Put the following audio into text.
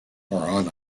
are